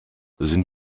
sind